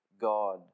God